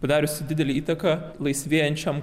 padariusi didelę įtaką laisvėjančiam kaunui